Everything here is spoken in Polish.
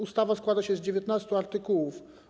Ustawa składa się z 19 artykułów.